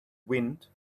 wind